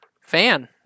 fan